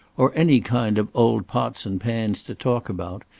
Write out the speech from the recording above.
or any kind of old pots and pans to talk about.